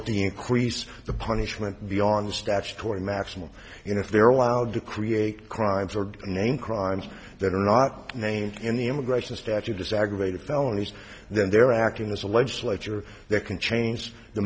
to increase the punishment beyond the statutory maximum you know if they are allowed to create crimes or name crimes that are not named in the immigration statute as aggravated felonies and then they're acting as a legislature that can change the